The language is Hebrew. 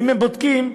ואם בודקים,